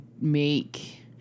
make